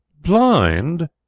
Blind